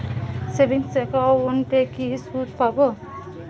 Savings একাউন্টে কি সুদ পাব?